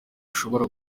bishobora